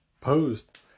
posed